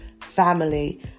family